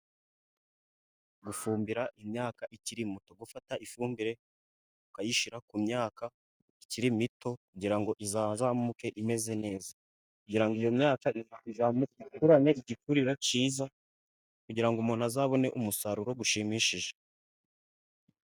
Gufumbira imyaka ikiri mito. Gufata ifumbire ukayishyira ku myaka ikiri mito, kugira ngo izazamuke imeze neza, kugira ngo iyo myaka ikurane igikuriro cyiza, kugira ngo umuntu azabone umusaruro ushimishije.